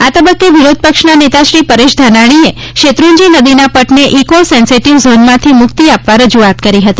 આ તબક્કે વિરોધપક્ષના નેતા શ્રી પરેશ ધાનાણીએ શેત્રંજી નદીના પટને ઇકો સેન્સીટીવ ઝોનમાંથી મુક્તી આપવા રજુઆત કરી હતી